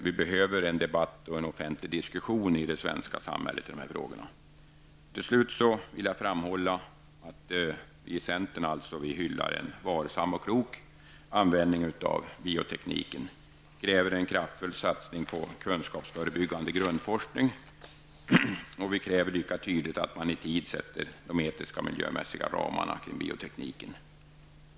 Vi behöver en debatt och en offentlig diskussion i dessa frågor i det svenska samhället. Slutligen vill jag framhålla att vi i centern hyllar en varsam och klok användning av biotekniken. Vi kräver en kraftfull satsning på kunskapsförebyggande grundforskning. Vi kräver lika tydligt att man i tid sätter de etiska och miljömässiga ramarna för biotekniken.